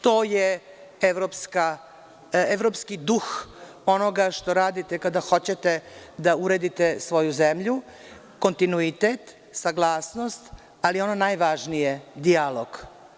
To je evropski duh onoga što radite kada hoćete da uredite svoju zemlju, kontinuitet, saglasnost, ali ono najvažnije – dijalog.